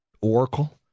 Oracle